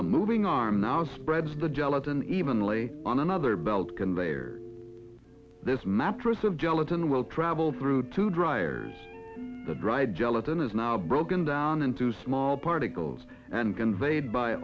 a moving arm now spreads the gelatin evenly on another belt conveyors this mattress of gelatin will travel through to dryer the dried gelatin is now broken down into small particles and conveyed by